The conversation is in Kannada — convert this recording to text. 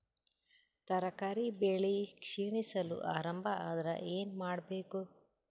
ತರಕಾರಿ ಬೆಳಿ ಕ್ಷೀಣಿಸಲು ಆರಂಭ ಆದ್ರ ಏನ ಮಾಡಬೇಕು?